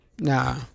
Nah